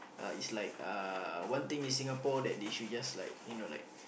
uh is like uh one thing in Singapore that they should just like you know like